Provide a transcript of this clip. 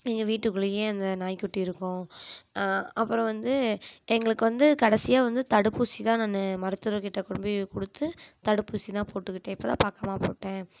எங்கள் வீட்டுக்குள்ளேயே அந்த நாய்க்குட்டி இருக்கும் அப்புறம் வந்து எங்களுக்கு வந்து கடைசியாக வந்து தடுப்பூசி தான் நான் மருத்துவர்கிட்ட கொண்டுபோய் கொடுத்து தடுப்பூசி தான் போட்டுக்கிட்டேன் இப்ப தான் பக்கமாக போட்டேன்